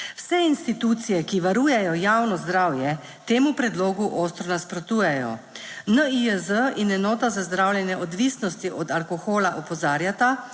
Vse institucije, ki varujejo javno zdravje, temu predlogu ostro nasprotujejo. NIJZ in enota za zdravljenje odvisnosti od alkohola opozarjata,